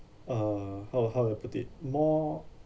uh how how I put it more